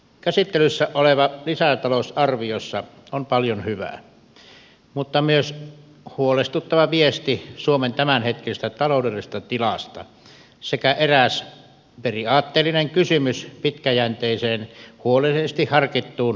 käsittelyssä olevassa lisätalousarviossa on paljon hyvää mutta myös huolestuttava viesti suomen tämänhetkisestä taloudellisesta tilasta sekä eräs periaatteellinen kysymys pitkäjänteiseen huolellisesti harkittuun päätöksentekoon